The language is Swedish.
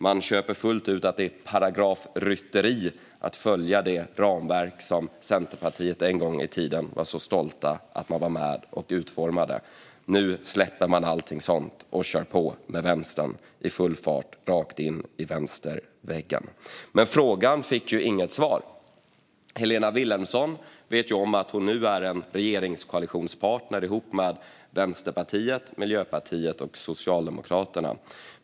Man köper fullt ut att det är paragrafrytteri att följa det ramverk som Centerpartiet en gång i tiden var så stolt över att man var med och utformade. Nu släpper man allting sådant och kör på med vänstern i full fart rakt in i vänsterväggen. Men frågan fick ju inget svar. Helena Vilhelmsson vet om att hon nu är en regeringskoalitionspartner ihop med Vänsterpartiet, Miljöpartiet och Socialdemokraterna.